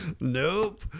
Nope